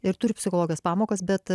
ir turiu psichologijos pamokas bet